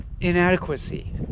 inadequacy